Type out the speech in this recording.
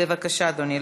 בבקשה, אדוני.